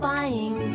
Buying